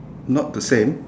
not the same